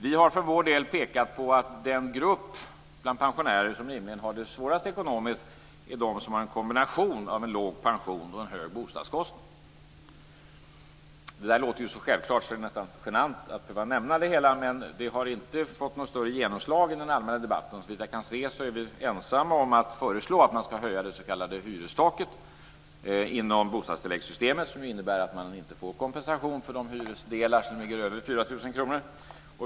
Vi har för vår del pekat på att den grupp pensionärer som rimligen har det svårast ekonomiskt är de som har låg pension i kombination med hög bostadskostnad. Det låter så självklart att det nästan är genant att behöva nämna det men detta har inte fått något större genomslag i den allmänna debatten. Såvitt jag kan se är vi ensamma om att föreslå en höjning av det s.k. hyrestaket inom bostadstilläggssystemet som ju innebär att man inte får kompensation för de hyresdelar som ligger över 4 000 kr.